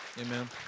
Amen